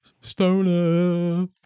Stoner